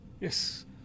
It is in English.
yes